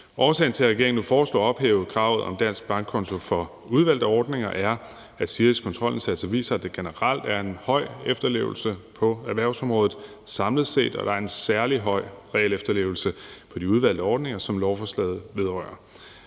Årsagen til, at regeringen nu foreslår at ophæve kravet om en dansk bankkonto for udvalgte ordninger er, at SIRIs kontrolindsatser viser, at der generelt er en høj efterlevelse på erhvervsområdet samlet set, og er der en særlig høj regelefterlevelse på de udvalgte ordninger, som lovforslaget vedrører.